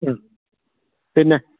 മ്മ് പിന്നെ